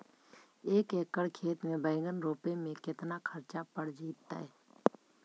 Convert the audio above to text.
एक एकड़ खेत में बैंगन रोपे में केतना ख़र्चा पड़ जितै?